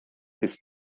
ist